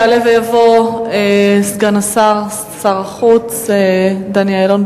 יעלה ויבוא סגן שר החוץ דני אילון.